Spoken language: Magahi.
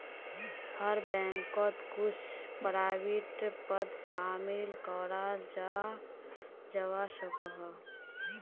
हर बैंकोत कुछु प्राइवेट पद शामिल कराल जवा सकोह